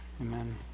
amen